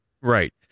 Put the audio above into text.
Right